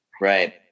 Right